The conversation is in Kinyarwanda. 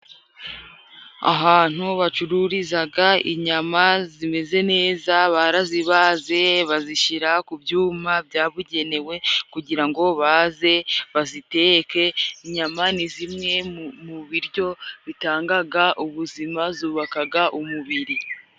Ahantu bacururizaga inyama zimeze neza, barazibaze bazishyira ku byuma byabugenewe kugira ngo baze baziteke. Inyama ni zimwe mu biryo bitangaga ubuzima, zubakaga umubiri.